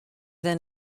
than